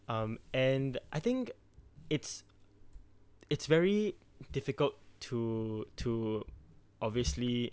um and I think it's it's very difficult to to obviously